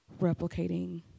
replicating